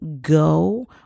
go